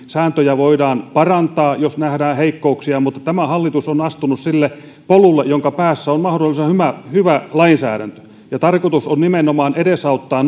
sääntöjä voidaan parantaa jos nähdään heikkouksia mutta tämä hallitus on astunut sille polulle jonka päässä on mahdollisimman hyvä lainsäädäntö tarkoitus on nimenomaan edesauttaa